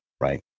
right